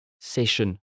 session